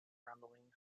rumbling